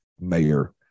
MAYOR